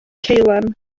ceulan